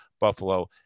buffalo